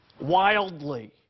wildly